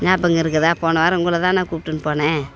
நியாபகம் இருக்குதா போன வாரம் உங்களை தானே கூப்பிட்டுன்னு போனேன்